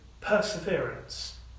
perseverance